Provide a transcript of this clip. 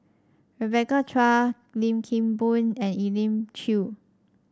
Rebecca Chua Lim Kim Boon and Elim Chew